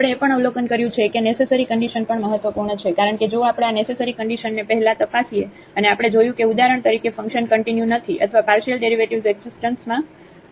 આપણે એ પણ અવલોકન કર્યું છે કે નેસેસરી કન્ડિશન પણ મહત્વપૂર્ણ છે કારણ કે જો આપણે આ નેસેસરી કન્ડિશનને પહેલા તપાસીએ અને આપણે જોયું કે ઉદાહરણ તરીકે ફંકશન કંટીન્યુ નથી અથવા પાર્શિયલ ડેરિવેટિવ્ઝ એકઝીસ્ટન્સમાં નથી